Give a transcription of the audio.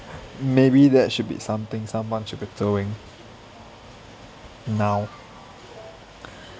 maybe that should be something someone should be throwing now